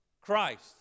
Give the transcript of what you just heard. Christ